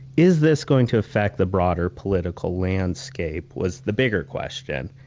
is this going to affect the broader political landscape? was the bigger question.